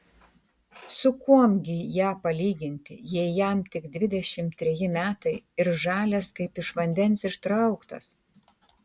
su kuom gi ją palyginti jei jam tik dvidešimt treji metai ir žalias kaip iš vandens ištrauktas